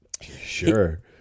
Sure